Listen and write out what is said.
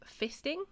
fisting